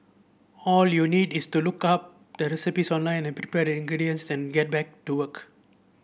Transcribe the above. all you need is to look up the recipes online prepare the ingredients then get back to work